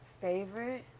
Favorite